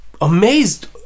amazed